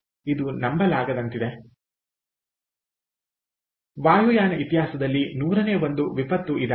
ಉಲ್ಲೇಖಿತ ನೋಡಿ 1804 ವಾಯುಯಾನ ಇತಿಹಾಸದಲ್ಲಿ ನೂರನೇ ಒಂದು ವಿಪತ್ತು ಇದಾಗಿದೆ